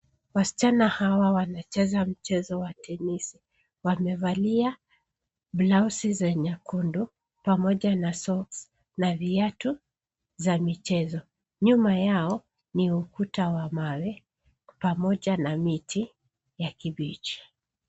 Wasichana hawa wanacheza mchezo wa tennis wamevalia blauzi zenye nyekundu pamoja soksi na viatu za michezo. Nyuma yao ni ukuta wa mawe pamoja na miti ya kibichi.